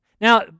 Now